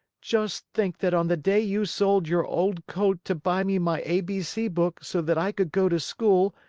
just think that on the day you sold your old coat to buy me my a b c book so that i could go to school,